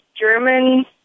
German